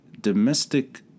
domestic